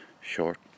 short